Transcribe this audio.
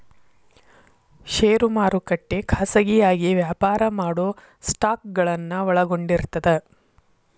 ಷೇರು ಮಾರುಕಟ್ಟೆ ಖಾಸಗಿಯಾಗಿ ವ್ಯಾಪಾರ ಮಾಡೊ ಸ್ಟಾಕ್ಗಳನ್ನ ಒಳಗೊಂಡಿರ್ತದ